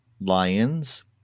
Lions